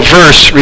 verse